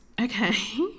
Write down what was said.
Okay